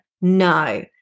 no